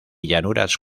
llanuras